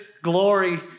glory